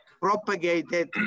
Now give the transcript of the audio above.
propagated